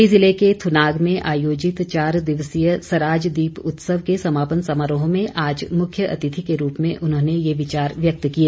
मण्डी जिले के थुनाग में आयोजित चार दिवसीय सराज दीप उत्सव के समापन समारोह में आज मुख्य अतिथि के रूप में उन्होंने ये विचार व्यक्त किए